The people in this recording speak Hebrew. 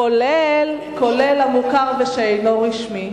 את מתכוונת, כולל המוכר שאינו רשמי.